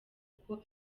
kuko